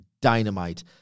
Dynamite